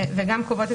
חודש.